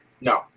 No